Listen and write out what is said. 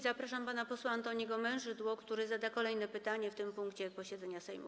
Zapraszam pana posła Antoniego Mężydłę, który zada kolejne pytanie w tym punkcie posiedzenia Sejmu.